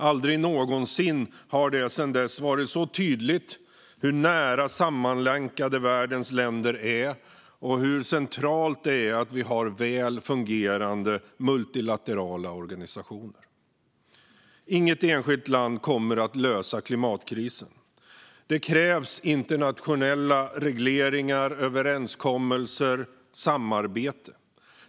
Aldrig någonsin har det sedan dess varit så tydligt hur nära sammanlänkade världens länder är och hur centralt det är att vi har väl fungerande multilaterala organisationer. Inget enskilt land kommer att lösa klimatkrisen. Det krävs internationella regleringar, överenskommelser och samarbeten.